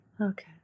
Okay